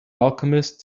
alchemist